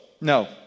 no